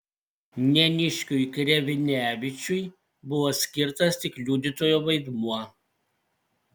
neniškiui krevnevičiui buvo skirtas tik liudytojo vaidmuo